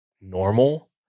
normal